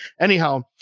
anyhow